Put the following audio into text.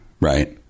right